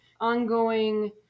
ongoing